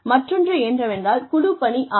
மற்றொன்று என்னவென்றால் குழுப்பணி ஆகும்